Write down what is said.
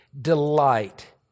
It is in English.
delight